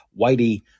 Whitey